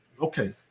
okay